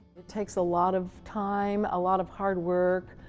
it takes a lot of time, a lot of hard work,